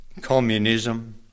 Communism